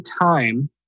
time